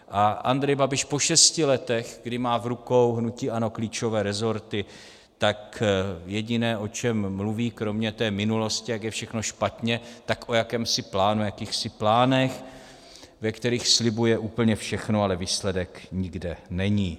A Andrej Babiš po šesti letech, kdy má v rukou hnutí ANO klíčové resorty, tak jediné, o čem mluví kromě té minulosti, jak je všechno špatně, tak o jakémsi plánu, jakýchsi plánech, ve kterých slibuje úplně všechno, ale výsledek nikde není.